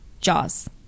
Jaws